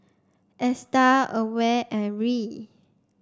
ASTAR AWARE and RI